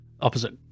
opposite